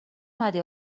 اومدی